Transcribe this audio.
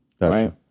Right